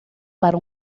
para